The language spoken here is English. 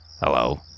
Hello